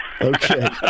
Okay